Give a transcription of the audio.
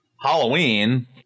Halloween